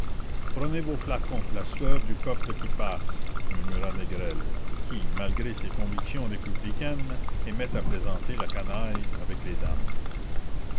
prenez vos flacons la sueur du peuple qui passe murmura négrel qui malgré ses convictions républicaines aimait à plaisanter la canaille avec les dames